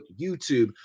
YouTube